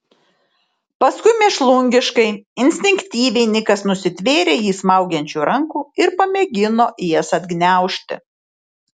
paskui mėšlungiškai instinktyviai nikas nusitvėrė jį smaugiančių rankų ir pamėgino jas atgniaužti